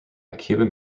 cuban